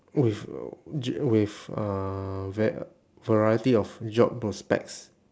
with a j~ with a va~ variety of job prospects